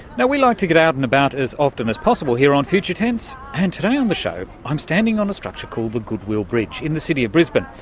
we like to get out and about as often as possible here on future tense and today on the show i'm standing on a structure called the goodwill bridge in the city of brisbane.